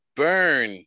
burn